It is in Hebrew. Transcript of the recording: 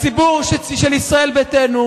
הציבור של ישראל ביתנו,